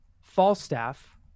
Falstaff